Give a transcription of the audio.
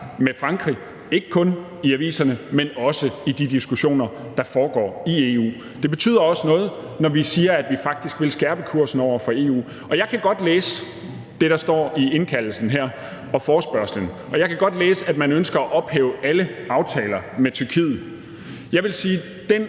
med Frankrig, ikke kun i aviserne, men også i de diskussioner, der foregår i EU. Det betyder også noget, når vi siger, at vi faktisk vil skærpe kursen over for Tyrkiet. Og jeg kan godt læse det, der står i indkaldelsen her og i forespørgslen; jeg kan godt læse, at man ønsker at ophæve alle aftaler med Tyrkiet. Jeg vil sige, at den